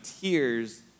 tears